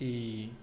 ई